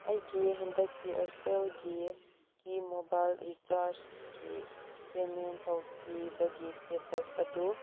ꯑꯩꯒꯤ ꯍꯟꯗꯛꯀꯤ ꯏꯌꯥꯔꯁꯦꯜꯒꯤ ꯀꯤ ꯃꯣꯕꯥꯏꯜ ꯔꯤꯆꯥꯔꯖꯀꯤ ꯄꯦꯃꯦꯟ ꯇꯧꯈꯤꯕꯒꯤ ꯏꯁꯇꯦꯇꯁ ꯑꯗꯨ